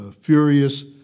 furious